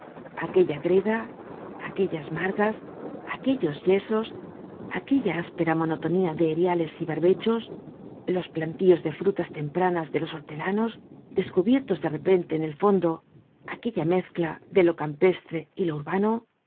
aquella greda aquellas margas aquellos yesos aquella áspera monotonía de eriales y barbechos los plantíos de frutas tempranas de los hortelanos descubiertos de repente en el fondo aquella mezcla de lo campestre y lo urbano